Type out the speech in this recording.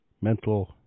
Mental